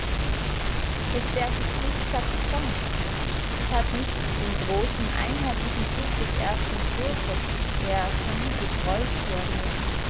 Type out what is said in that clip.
das werk ist nicht sakrosankt es hat nicht den großen einheitlichen zug des ersten entwurfes der von hugo preuß herrührt